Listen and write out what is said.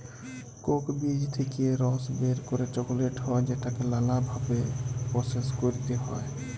Coke বীজ থেক্যে রস বের করে চকলেট হ্যয় যেটাকে লালা ভাবে প্রসেস ক্যরতে হ্য়য়